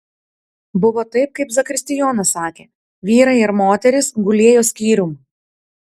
buvo taip kaip zakristijonas sakė vyrai ir moterys gulėjo skyrium